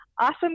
awesome